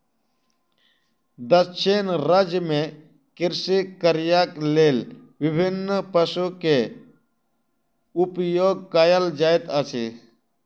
दक्षिण राज्य में कृषि कार्यक लेल विभिन्न पशु के उपयोग कयल जाइत अछि